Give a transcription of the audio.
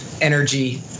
energy